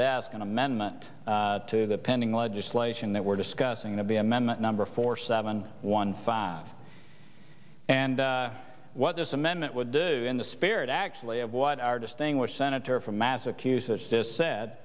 desk an amendment to the pending legislation that we're discussing to be amendment number four seven one five and what this amendment would do in the spirit actually of what our distinguished senator from massachusetts this said